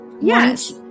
Yes